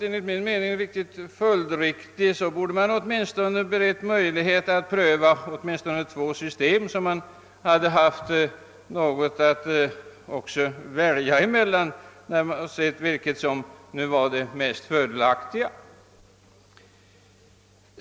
Enligt min mening hade det varit följdriktigt, om möjligheter beretts till att åtminstone pröva två system, så att man kunnat göra jämförelser och stanna för det mest fördelaktiga.